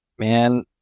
Man